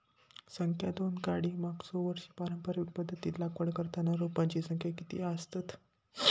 संख्या दोन काडी मागचो वर्षी पारंपरिक पध्दतीत लागवड करताना रोपांची संख्या किती आसतत?